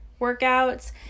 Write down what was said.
workouts